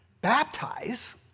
Baptize